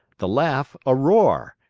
the laugh a roar.